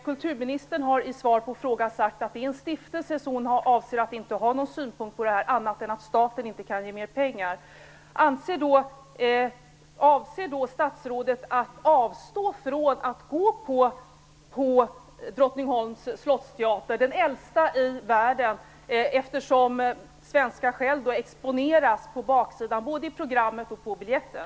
Kulturministern har i svar på frågan sagt att det är en stiftelse och att hon inte avser att ha någon synpunkt på frågan, annat än att staten inte kan ge mer pengar. Avser statsrådet att avstå från att gå på Drottningsholms Slottsteater - den äldsta i världen - eftersom Svenska Shell exponeras på baksidan av både programmet och biljetten?